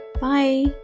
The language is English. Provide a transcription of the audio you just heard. bye